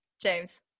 James